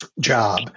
job